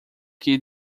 que